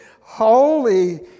holy